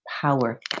power